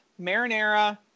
marinara